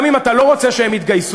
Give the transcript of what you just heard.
גם אם אתה לא רוצה שהם יתגייסו,